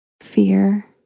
fear